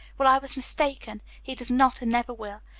well, i was mistaken. he does not, and never will.